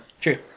True